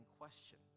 question